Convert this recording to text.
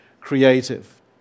creative